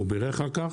הוא בירך על כך.